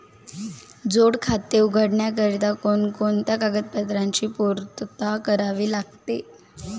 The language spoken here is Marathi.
जोड खाते उघडण्याकरिता कोणकोणत्या कागदपत्रांची पूर्तता करावी लागते?